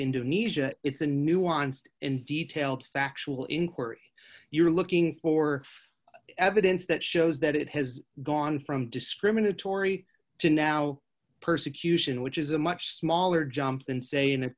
indonesia it's a nuanced and detailed factual inquiry you're looking for evidence that shows that it has gone from discriminatory to now persecution which is a much smaller jump than say in a